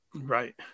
right